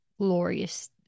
glorious